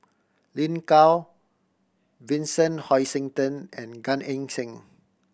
Lin Gao Vincent Hoisington and Gan Eng Seng